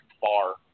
far